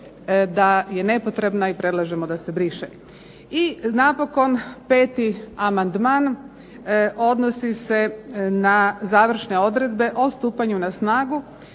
da je nepotrebna i predlažemo da se briše. I napokon 5. amandman odnosi se na završne odredbe o stupanju na snagu